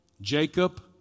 Jacob